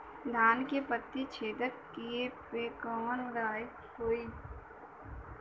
धान के पत्ती छेदक कियेपे कवन दवाई होई?